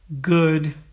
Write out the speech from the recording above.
good